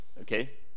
okay